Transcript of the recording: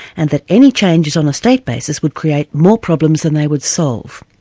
and that any changes on a state basis would create more problems than they would solve.